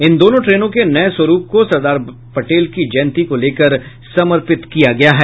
इन दोनों ट्रेनों के नये स्वरूप को सरदार पटेल की जयंती को लेकर समर्पित किया गया है